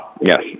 Yes